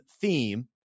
theme